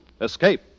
Escape